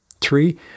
Three